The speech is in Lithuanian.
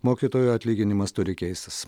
mokytojų atlyginimas turi keistis